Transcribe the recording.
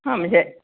हां म्हणजे